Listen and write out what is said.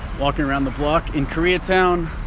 walking around the block in koreatown.